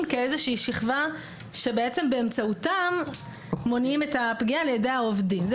כאיזושהי שכבה שבאמצעותם מונעים את הפגיעה על ידי העובדים.